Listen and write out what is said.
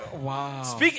Wow